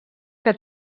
que